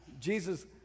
Jesus